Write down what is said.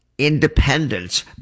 independence